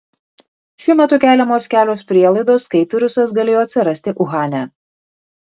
šiuo metu keliamos kelios prielaidos kaip virusas galėjo atsirasti uhane